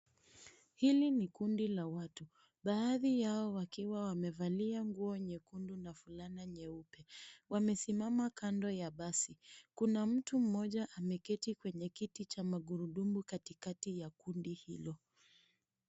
Hili ni kundi la watu, baadhi yao wakiwa wamevalia nguo nyekundu na fulana nyeupe. Wamesimama kando ya basi, na kuna mtu mmoja ameketi kwenye kiti cha magurudumu katikati ya kundi hilo.